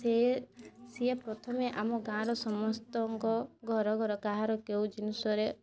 ସିଏ ସିଏ ପ୍ରଥମେ ଆମ ଗାଁର ସମସ୍ତଙ୍କ ଘରଘର କାହାର କେଉଁ ଜିନଷରେ